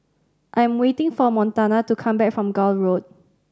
I am waiting for Montana to come back from Gul Road